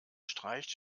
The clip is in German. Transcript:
streicht